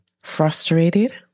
Frustrated